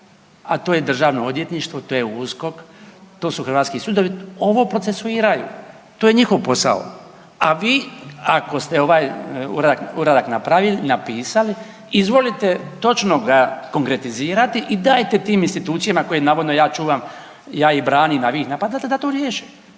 a to je državno odvjetništvo, to je USKOK, to su hrvatski sudovi ovo procesuiraju, to je njihov posao. A vi ako ste ovaj uradak napravili, napisali izvolite točno ga konkretizirati i dajte tim institucijama koje navodno ja čuvam, ja ih branim, a vi ih napadate da to riješe.